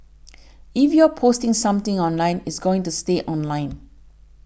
if you're posting something online it's going to stay online